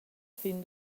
fin